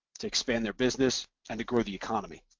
to expand their business and to grow the economy.